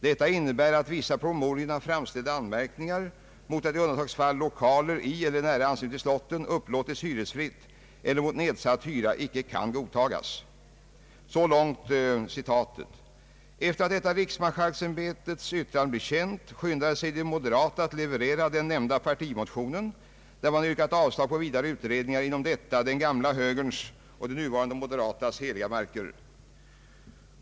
Detta innebär att vissa i promemoriorna framställda anmärkningar mot att i undantagsfall 1okaler i eller i nära anslutning till slotten upplåtits hyresfritt eller mot nedsatt hyra icke kan godtagas.» Efter det att detta riksmarskalksämbetets yttrande blev känt skyndade sig de moderata att leverera den nämnda partimotionen, vari yrkas avslag på vidare utredningar inom dessa den gamla högerns och de nuvarande moderatas heliga marker.